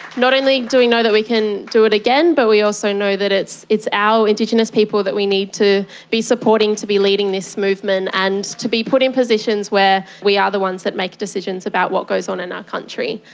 not only do we know that we can do it again but we also know that it's it's our indigenous people that we need to be supporting to be leading this movement and to be put in positions where we are the ones that make decisions about what goes on in our country,